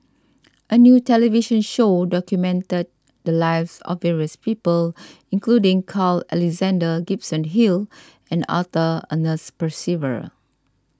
a new television show documented the lives of various people including Carl Alexander Gibson Hill and Arthur Ernest Percival